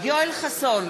יואל חסון,